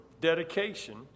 dedication